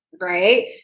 right